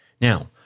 Now